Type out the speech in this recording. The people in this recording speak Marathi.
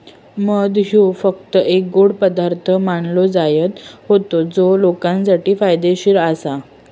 मध ह्यो फक्त एक गोड पदार्थ मानलो जायत होतो जो लोकांसाठी फायदेशीर आसा